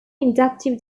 inductive